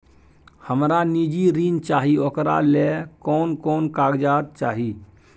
हमरा निजी ऋण चाही ओकरा ले कोन कोन कागजात चाही?